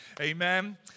Amen